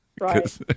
right